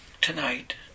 tonight